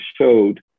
showed